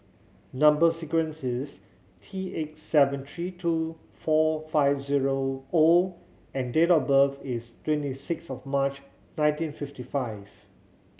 number sequence is T eight seven three two four five zero O and date of birth is twenty six of March nineteen fifty five